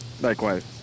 Likewise